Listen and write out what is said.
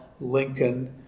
Lincoln